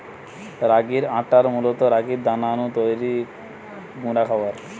রাগির আটা মূলত রাগির দানা নু তৈরি গুঁড়া খাবার